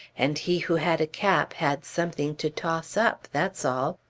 and he who had a cap had something to toss up, that's all.